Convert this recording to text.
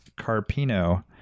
Carpino